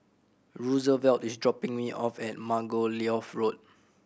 Rosevelt is dropping me off at Margoliouth Road